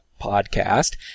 podcast